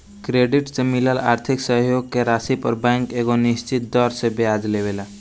credit से मिलल आर्थिक सहयोग के राशि पर बैंक एगो निश्चित दर से ब्याज लेवेला